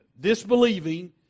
Disbelieving